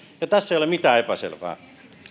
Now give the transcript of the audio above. ja tässä ei ole mitään epäselvää